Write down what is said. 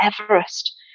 Everest